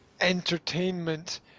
entertainment